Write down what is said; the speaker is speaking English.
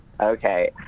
okay